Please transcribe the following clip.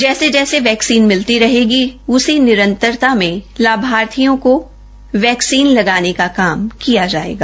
जैसे जैसे वैक्सीन मिलती रहेगी उसी निरंतरता में लाभर्थियों को वैक्सीन लगाने का काम किया जाएगा